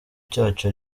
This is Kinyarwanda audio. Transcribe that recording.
cyacu